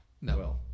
no